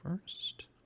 first